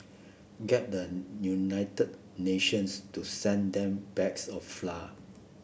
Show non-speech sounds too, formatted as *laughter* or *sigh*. get the United Nations to send them bags of *unintelligible*